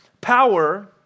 power